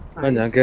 and